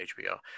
HBO